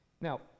Now